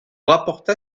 rapporta